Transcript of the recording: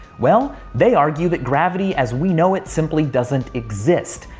well, they argue that gravity, as we know it, simply doesn't exist.